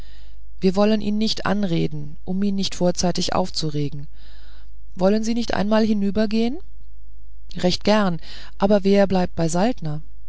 wir wollen ihn nicht anreden um ihn nicht vorzeitig aufzuregen wollen sie nicht einmal hinübergehen recht gern aber wer bleibt bei